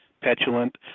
petulant